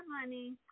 money